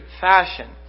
fashion